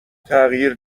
تغییر